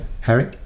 Harry